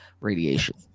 radiation